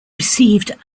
received